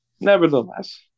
Nevertheless